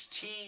team